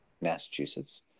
Massachusetts